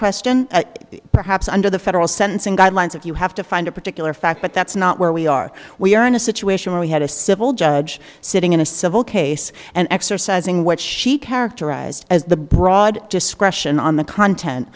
question perhaps under the federal sentencing guidelines if you have to find a particular fact but that's not where we are we are in a situation where we had a civil judge sitting in a civil case and exercising what she characterized as the broad discretion on the content